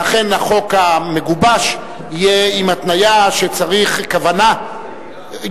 ואכן החוק המגובש יהיה עם התניה שצריך כוונה,